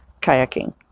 kayaking